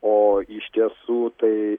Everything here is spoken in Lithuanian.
o iš tiesų tai